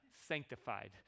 sanctified